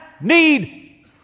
need